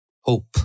Hope